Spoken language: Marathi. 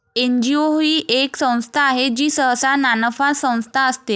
एन.जी.ओ ही एक संस्था आहे जी सहसा नानफा संस्था असते